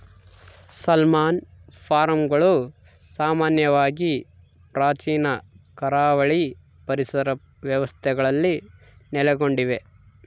salmon ಫಾರ್ಮ್ಗಳು ಸಾಮಾನ್ಯವಾಗಿ ಪ್ರಾಚೀನ ಕರಾವಳಿ ಪರಿಸರ ವ್ಯವಸ್ಥೆಗಳಲ್ಲಿ ನೆಲೆಗೊಂಡಿವೆ